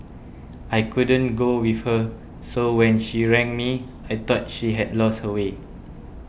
I couldn't go with her so when she rang me I thought she had lost her way